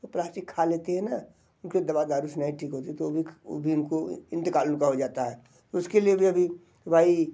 वो प्लास्टिक खा लेती है ना उनके दवा दारू से नहीं ठीक होती तो भी वो भी इनको इंतक़ाल उनका हो जाता है उसके लिए भी अभी दवाई